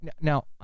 Now